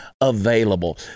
available